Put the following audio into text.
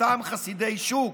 אותם חסידי שוק.